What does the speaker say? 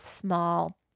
small